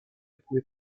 pouvait